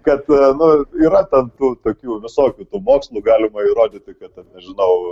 kad nu yra ten tų tokių visokių tų mokslų galima įrodyti kad ten nežinau